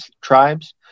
tribes